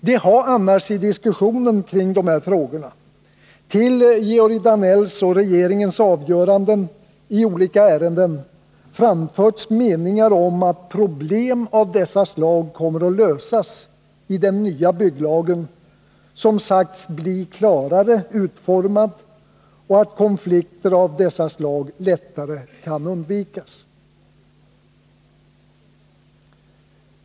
Det har annars i diskussionen kring dessa frågor — när det gäller Georg Danells och regeringens avgöranden i olika ärenden — framförts meningar om att problem av dessa slag kommer att lösas i den nya bygglagen, som sagts bli klarare utformad, och man har förklarat att sådana här konflikter då lättare kan undvikas.